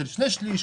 של שני-שלישים,